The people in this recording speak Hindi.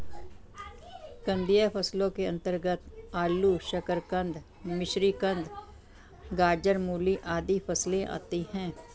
कंदीय फसलों के अंतर्गत आलू, शकरकंद, मिश्रीकंद, गाजर, मूली आदि फसलें आती हैं